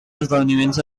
esdeveniments